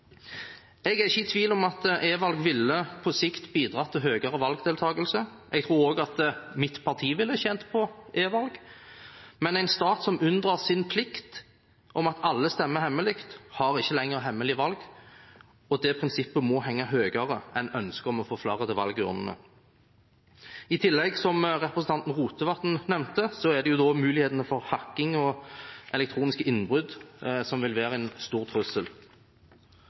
Jeg er ikke i tvil om at e-valg på sikt ville bidratt til høyere valgdeltakelse. Jeg tror også at mitt parti ville tjent på e-valg, men en stat som unndrar seg sin plikt om at alle stemmer hemmelig, har ikke lenger hemmelige valg, og det prinsippet må henge høyere enn ønsket om å få flere til valgurnene. I tillegg er det, som representanten Rotevatn nevnte, muligheten for hacking og elektroniske innbrudd som vil være en stor trussel.